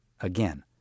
Again